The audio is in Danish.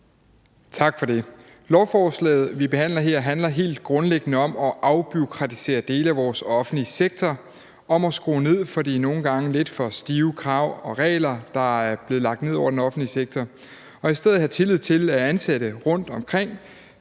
Tak for det. Lovforslaget, vi behandler her, handler helt grundlæggende om at afbureaukratisere dele af vores offentlige sektor og om at skrue ned for de nogle gange lidt for stive krav og regler, der er blevet lagt ned over den offentlige sektor, og i stedet have tillid til, at ansatte rundtomkring